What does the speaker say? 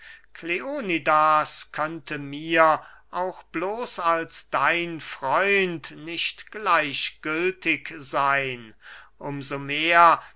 kleonidas könnte mir auch bloß als dein freund nicht gleichgültig seyn um so mehr